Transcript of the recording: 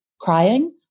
crying